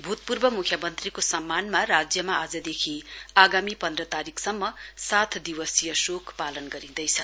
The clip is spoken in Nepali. भूतपूर्व मुख्यमन्त्रीको सम्मानमा राज्यमा आजदेखि आगामी पन्द्र तारीकसम्म सात दिवसीय शोक पालन गरिँदैछ